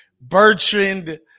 Bertrand